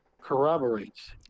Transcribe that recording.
corroborates